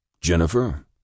Jennifer